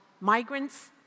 migrants